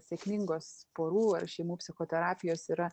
sėkmingos porų ar šeimų psichoterapijos yra